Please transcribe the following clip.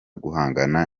guhangana